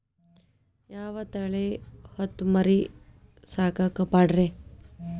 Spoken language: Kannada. ಯಾವ ತಳಿ ಹೊತಮರಿ ಸಾಕಾಕ ಪಾಡ್ರೇ?